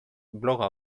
bloga